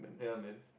yeah man